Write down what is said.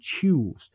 choose